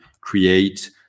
create